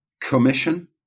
commission